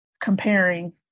comparing